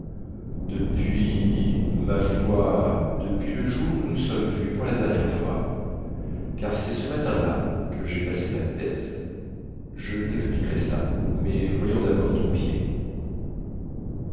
depuis ma foi depuis le jour où nous nous sommes vus pour la dernière fois car cest ce matin-là que jai passé ma thèse je texpliquerai ça mais voyons dabord ton pied